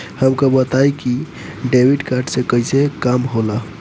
हमका बताई कि डेबिट कार्ड से कईसे काम होला?